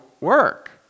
work